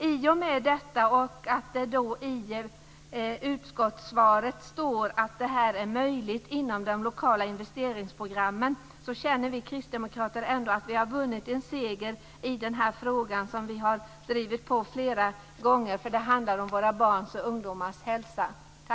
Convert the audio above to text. I och med detta och i och med att det i utskottets svar står att det här är möjligt inom de lokala investeringsprogrammen känner vi kristdemokrater att vi ändå har vunnit en seger i denna fråga där vi flera gånger har drivit på. Det handlar ju om våra barns och ungdomars hälsa. Tack!